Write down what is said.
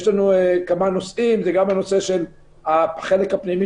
יש לנו כמה נושאים וביניהם גם הנושא של החלק הפנימי